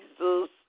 Jesus